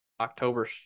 October